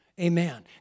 Amen